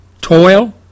toil